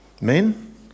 men